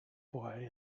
boy